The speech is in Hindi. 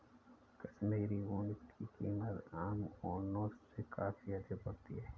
कश्मीरी ऊन की कीमत आम ऊनों से काफी अधिक होती है